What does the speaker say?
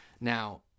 Now